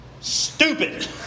stupid